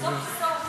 סוף-סוף,